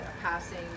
passing